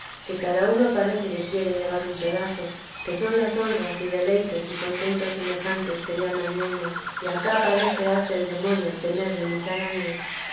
que cada uno parece quiere llevar un pedazo que son las honras y deleites y contentos semejantes que llama el mundo y acá parece hace el demonio temer de musarañas